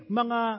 mga